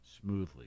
smoothly